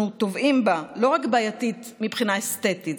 טובעים בה לא בעייתית רק מבחינה אסתטית,